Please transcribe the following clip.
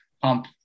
pump